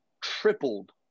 tripled